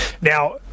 Now